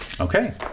Okay